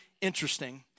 interesting